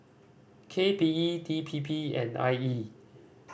K P E D P P and I E